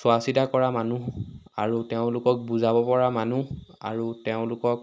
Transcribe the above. চোৱা চিতা কৰা মানুহ আৰু তেওঁলোকক বুজাব পৰা মানুহ আৰু তেওঁলোকক